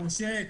פורשה,